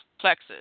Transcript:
plexus